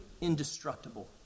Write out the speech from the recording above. indestructible